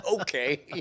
Okay